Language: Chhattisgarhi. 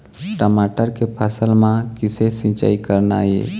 टमाटर के फसल म किसे सिचाई करना ये?